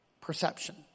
Perception